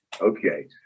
Okay